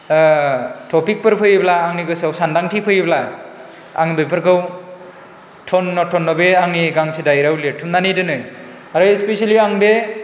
टपिकफोर फैयोब्ला आंनि गोसोआव सान्दांथि फैयोब्ला आं बेफोरखौ थन्न' थन्न' बे आंनि गांसे डायरियाव लेरथुमनानै दोनो आरो इसपिसेलि आं बे